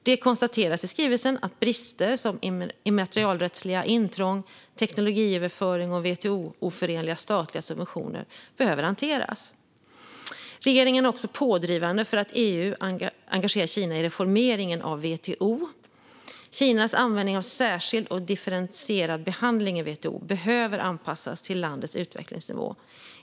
Det konstateras i skrivelsen att brister som immaterialrättsliga intrång, teknologiöverföring och WTO-oförenliga statliga subventioner behöver hanteras. Regeringen är också pådrivande för att EU ska engagera Kina i reformeringen av WTO. Kinas användning av "särskild och differentierad behandling" i WTO behöver anpassas till landets utvecklingsnivå.